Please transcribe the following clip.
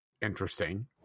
interesting